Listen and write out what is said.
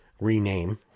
rename